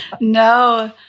no